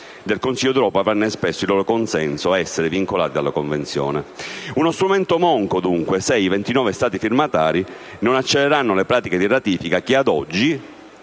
del Consiglio d'Europa, avranno espresso il loro consenso a essere vincolati dalla Convenzione. Sarà quindi uno strumento monco se i 29 Stati firmatari non accelereranno le pratiche di ratifica che, ad oggi,